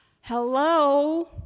Hello